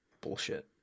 bullshit